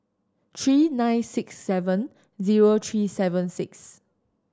three nine six seven zero three seven six